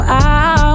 out